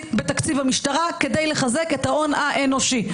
בתקציב המשטרה כדי לחזק את ההון האנושי,